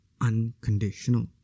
unconditional